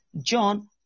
John